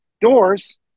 doors